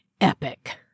epic